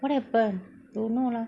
what happened don't know lah